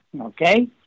okay